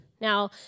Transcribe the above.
Now